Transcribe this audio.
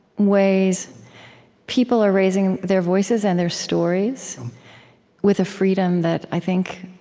ways people are raising their voices and their stories with a freedom that, i think,